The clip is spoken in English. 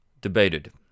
debated